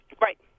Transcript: Right